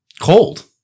Cold